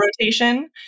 rotation